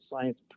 science